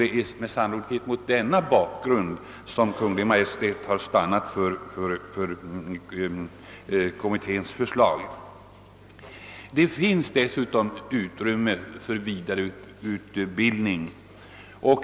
Det är med sannolikhet mot denna bakgrund som Kungl. Maj:t inte har stannat för kommitténs förslag. Det finns dessutom utrymme för vidare utbildning.